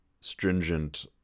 stringent